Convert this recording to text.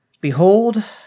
Behold